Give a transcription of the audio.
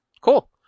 Cool